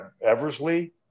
Eversley